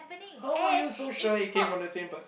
how are you so sure it came from the same person